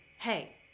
hey